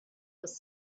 was